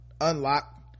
Unlock